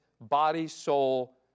body-soul